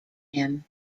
him